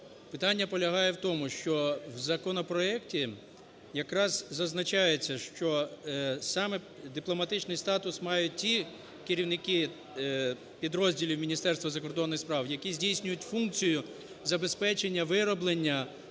Питання полягає в тому, що в законопроекті якраз зазначається, що саме дипломатичний статус мають ті керівники підрозділів Міністерства закордонних справ, які здійснюють функцію забезпечення вироблення